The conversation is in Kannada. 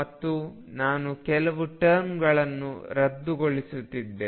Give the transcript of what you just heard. ಮತ್ತು ನಾನು ಕೆಲವು ಟರ್ಮ್ಗಳನ್ನು ರದ್ದುಗೊಳಿಸಿದ್ದೇನೆ